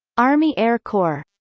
army air corps